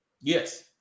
Yes